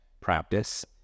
practice